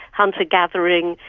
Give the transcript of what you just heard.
hunter-gathering,